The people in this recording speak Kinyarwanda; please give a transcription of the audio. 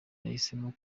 yahisemo